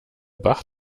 bach